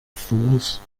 fools